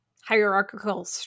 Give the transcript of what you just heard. hierarchical